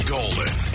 Golden